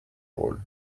rôles